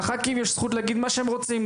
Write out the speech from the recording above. לח"כים יש זכות להגיד מה שהם רוצים,